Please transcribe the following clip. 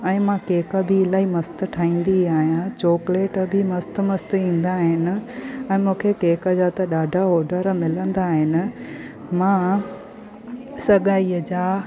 ऐं मां केक बि इलाही मस्तु ठाहींदी आहियां चोकलेट बि मस्तु मस्तु ईंदा आहिनि ऐं मूंखे केक जा त ॾाढा ऑडर मिलंदा आहिनि मां सगाईअ जा